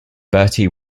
bertie